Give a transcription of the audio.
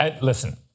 Listen